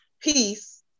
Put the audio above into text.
Peace